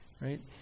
right